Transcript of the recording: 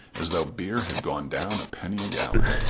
as though beer had gone down a penny a gallon.